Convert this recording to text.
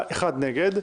הצבעה בעד, 8 נגד,